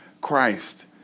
Christ